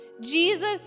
Jesus